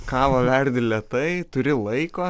kavą verdi lėtai turi laiko